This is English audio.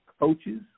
coaches